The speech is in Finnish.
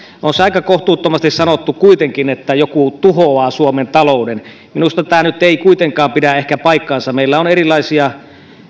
kuitenkin aika kohtuuttomasti sanottu että joku tuhoaa suomen talouden minusta tämä nyt ei ehkä kuitenkaan pidä paikkaansa meillä on erilaisia